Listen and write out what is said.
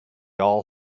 all